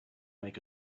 make